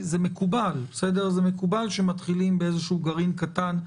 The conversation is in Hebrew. זה מקובל שמתחילים באיזשהו גרעין קטן,